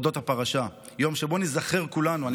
אודות הפרשה ביום שבו ניזכר כולנו בסיפור,